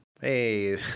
hey